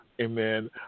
Amen